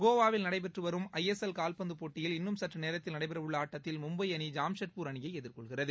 கோவாவில் நடைபெற்று வரும் ஐ எஸ் எல் கால்பந்துப் போட்டியில் இன்னும் சற்று நேரத்தில் நடைபெறவுள்ள ஆட்டத்தில் மும்பை அணி ஜாம்ஷெட்பூர் அணியை எதிர்கொள்கிறது